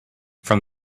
from